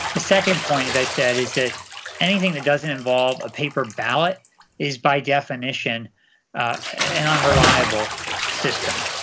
a second point, as i said, is that anything that doesn't involve a paper ballot is by definition an unreliable system.